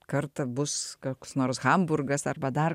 kartą bus koks nors hamburgas arba dar